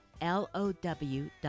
L-O-W